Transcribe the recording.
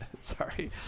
Sorry